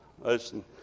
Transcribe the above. Listen